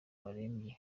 barembye